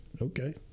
Okay